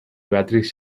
beatriz